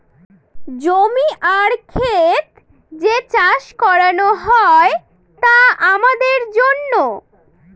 জমি আর খেত যে চাষ করানো হয় তা আমাদের জন্য